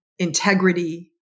integrity